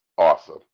awesome